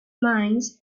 mines